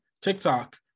TikTok